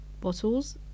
bottles